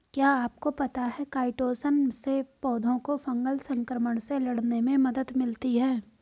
क्या आपको पता है काइटोसन से पौधों को फंगल संक्रमण से लड़ने में मदद मिलती है?